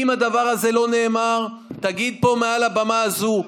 אם הדבר הזה לא נאמר, תגיד פה מעל הבמה הזו: